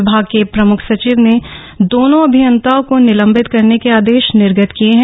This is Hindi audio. विभाग के प्रमुख सचिव ने दोनों अभियन्ताओं को निलम्बित करने के आदेश निर्गत किये हैं